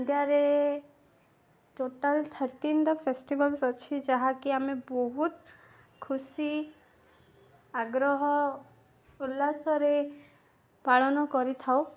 ଇଣ୍ଡିଆରେ ଟୋଟାଲ୍ ଥର୍ଟିନଟା ଫେଷ୍ଟିଭଲସ୍ ଅଛି ଯାହାକି ଆମେ ବହୁତ ଖୁସି ଆଗ୍ରହ ଉଲ୍ଲାସରେ ପାଳନ କରିଥାଉ